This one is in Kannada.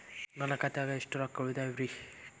ನನ್ನ ಖಾತೆದಾಗ ಎಷ್ಟ ರೊಕ್ಕಾ ಉಳದಾವ್ರಿ?